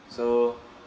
so